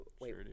Wait